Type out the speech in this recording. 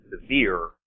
severe